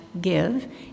give